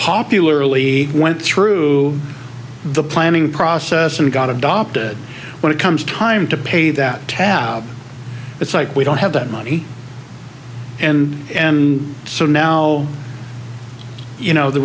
popularly went through the planning process and got adopted when it comes time to pay that tab it's like we don't have that money and and so now you know the